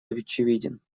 очевиден